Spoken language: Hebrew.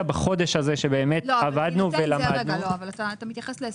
עוד יהיה.